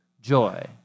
joy